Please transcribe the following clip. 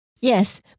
Yes